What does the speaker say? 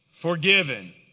forgiven